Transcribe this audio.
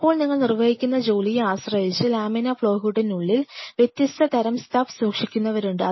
ഇപ്പോൾ നിങ്ങൾ നിർവഹിക്കുന്ന ജോലിയെ ആശ്രയിച്ച് ലാമിനാർ ഫ്ലോ ഹൂഡിനുള്ളിൽ വ്യത്യസ്ത തരം സ്റ്റഫ് സൂക്ഷിക്കുന്നവരുണ്ട്